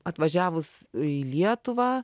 atvažiavus į lietuvą